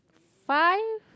five